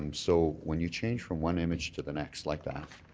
um so when you change from one image to the next, like that,